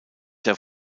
der